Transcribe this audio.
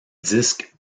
disque